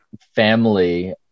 family